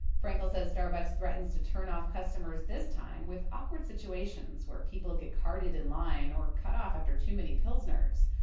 frankel says starbucks threatens to turn off customers this time with awkward situations where people get carded in line or cut off after too many pilsners.